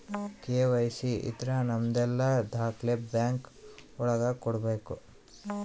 KYC ಇದ್ರ ನಮದೆಲ್ಲ ದಾಖ್ಲೆ ಬ್ಯಾಂಕ್ ಒಳಗ ಕೊಡ್ಬೇಕು